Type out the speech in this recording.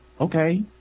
okay